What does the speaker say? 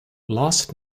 last